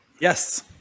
Yes